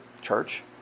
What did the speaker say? church